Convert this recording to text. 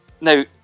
now